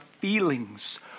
feelings